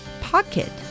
Pocket